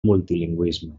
multilingüisme